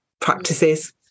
practices